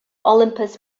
olympus